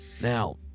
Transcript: Now